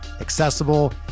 accessible